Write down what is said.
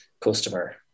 customer